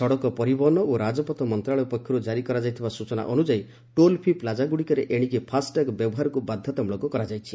ସଡ଼କ ପରିବହନ ଓ ରାଜପଥ ମନ୍ତ୍ରଶାଳୟ ପକ୍ଷରୁ କାରି କରାଯାଇଥିବା ସୂଚନା ଅନୁଯାୟୀ ଟୋଲ୍ ଫି' ପ୍ଲାଜାଗୁଡ଼ିକରେ ଏଶିକି ଫାସ୍ଟ୍ୟାଗ୍ ବ୍ୟବହାରକୁ ବାଧ୍ୟତାମଳକ କରାଯାଇଛି